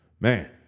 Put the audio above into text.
man